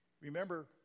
remember